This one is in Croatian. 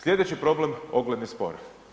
Sljedeći problem ogledni spor.